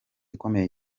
ikomeye